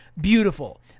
Beautiful